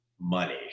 money